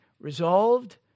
resolved